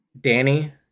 Danny